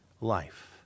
life